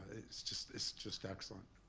is just is just excellent,